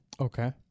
Okay